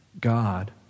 God